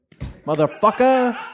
Motherfucker